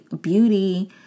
beauty